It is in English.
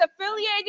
affiliated